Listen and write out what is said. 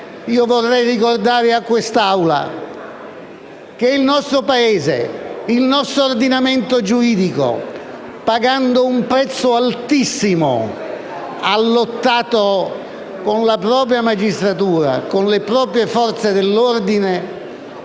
vorrei ricordare a quest'Aula che il nostro Paese, il nostro ordinamento giuridico, pagando un prezzo altissimo, hanno lottato con la propria magistratura, con le proprie Forze dell'ordine,